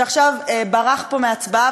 שעכשיו ברח מהצבעה,